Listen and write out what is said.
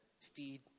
feed